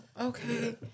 Okay